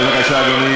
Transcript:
בבקשה, אדוני.